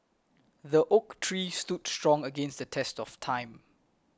the oak tree stood strong against the test of time